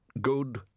good